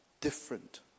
different